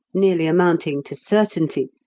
nearly amounting to certainty,